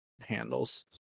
handles